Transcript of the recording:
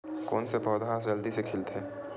कोन से पौधा ह जल्दी से खिलथे?